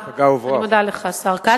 אני מודה לך, השר כץ,